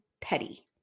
petty